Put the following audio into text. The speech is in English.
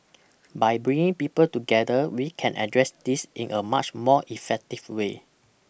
by bringing people together we can address this in a much more effective way